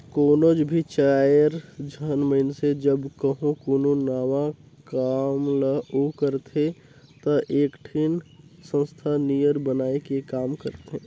कोनोच भी चाएर झन मइनसे जब कहों कोनो नावा काम ल ओर करथे ता एकठिन संस्था नियर बनाए के काम करथें